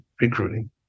recruiting